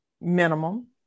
minimum